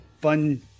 fun